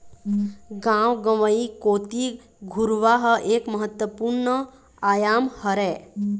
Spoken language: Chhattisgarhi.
गाँव गंवई कोती घुरूवा ह एक महत्वपूर्न आयाम हरय